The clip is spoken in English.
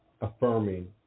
affirming